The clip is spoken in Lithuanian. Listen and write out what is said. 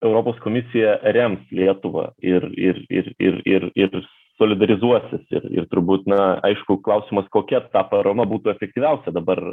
europos komisija rems lietuvą ir ir ir ir ir ir solidarizuosis ir ir turbūt na aišku klausimas kokia ta parama būtų efektyviausia dabar